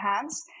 hands